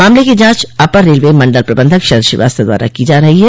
मामले की जांच अपर रेलवे मंडल प्रबंधक शरद श्रीवास्तव द्वारा की जा रही है